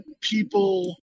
people